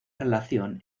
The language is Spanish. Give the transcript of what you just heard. relación